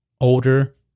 older